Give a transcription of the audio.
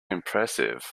impressive